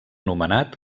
nomenat